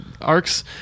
arcs